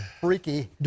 freaky